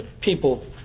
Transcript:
People